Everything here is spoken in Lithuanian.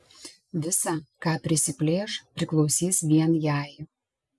visa ką prisiplėš priklausys vien jai